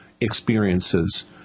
experiences